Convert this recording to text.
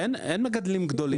אין מגדלים גדולים.